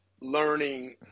learning